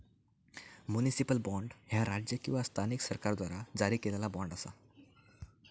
municipal bond, ह्या राज्य किंवा स्थानिक सरकाराद्वारा जारी केलेला बॉण्ड असा